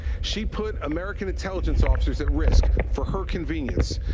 she put american intelligence officers at risk for her convenience.